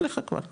ילך כבר,